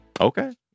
Okay